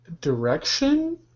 direction